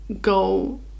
go